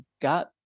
got